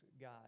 God